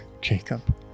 Jacob